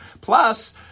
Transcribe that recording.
Plus